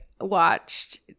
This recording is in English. watched